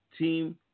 Team